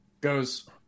goes